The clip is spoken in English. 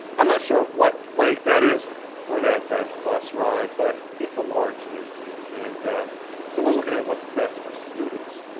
i'm not sure what length that is for that that bus ride. but it's a large distance. and so we're looking at what's best for students.